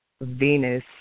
Venus